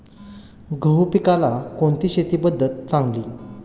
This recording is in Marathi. गहू पिकाला कोणती शेती पद्धत चांगली?